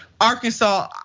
Arkansas